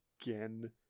again